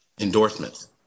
endorsements